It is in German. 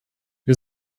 wir